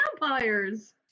vampires